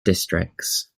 districts